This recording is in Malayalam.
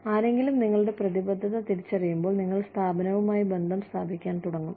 ആരെങ്കിലും നിങ്ങളുടെ പ്രതിബദ്ധത തിരിച്ചറിയുമ്പോൾ നിങ്ങൾ സ്ഥാപനവുമായി ബന്ധം സ്ഥാപിക്കാൻ തുടങ്ങും